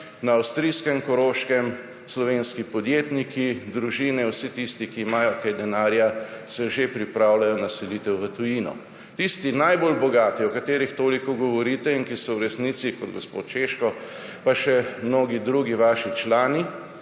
na avstrijskem Koroškem, slovenski podjetniki, družine, vsi tisti, ki imajo kaj denarja, se že pripravljajo na selitev v tujino. Tisti najbolj bogati, o katerih toliko govorite in ki so v resnici, kot gospod Šeško, pa še mnogi drugi vaši člani